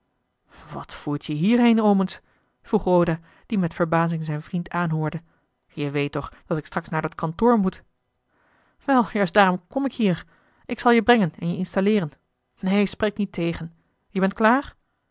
wat voert je hier heen omens vroeg roda die met verbazing zijn vriend aanhoorde je weet toch dat ik straks naar dat kantoor moet wel juist daarom kom ik hier ik zal je brengen en je installeeren neen spreek niet tegen je bent klaar